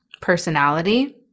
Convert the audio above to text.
personality